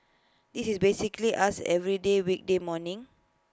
this is basically us every weekday morning